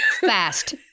Fast